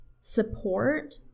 support